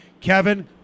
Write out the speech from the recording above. Kevin